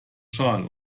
schal